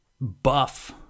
buff